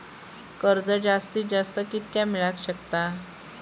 कर्ज जास्तीत जास्त कितक्या मेळाक शकता?